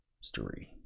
story